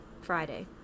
Friday